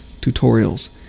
tutorials